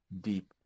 deep